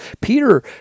Peter